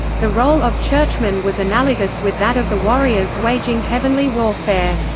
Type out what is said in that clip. the role of churchmen was analogous with that of the warriors waging heavenly warfare.